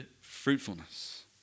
fruitfulness